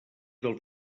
del